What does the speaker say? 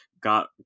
Got